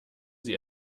sie